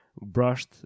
brushed